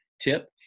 tip